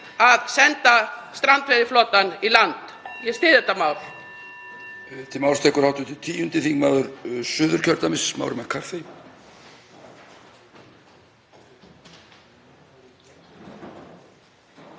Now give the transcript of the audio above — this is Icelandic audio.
og sendu strandveiðiflotann í land. Ég styð þetta mál.